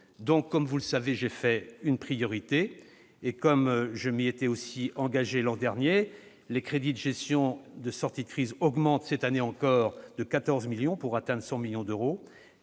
j'ai fait, vous le savez, une priorité. Comme je m'y étais engagé l'an dernier, les crédits de gestion et de sortie de crise augmentent, cette année encore, de 14 millions d'euros, pour atteindre 100 millions d'euros.